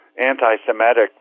anti-Semitic